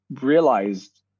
realized